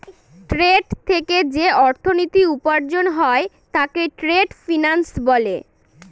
trade থেকে যে অর্থনীতি উপার্জন হয় তাকে ট্রেড ফিন্যান্স বলে